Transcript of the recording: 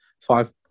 five